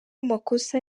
amakosa